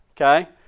okay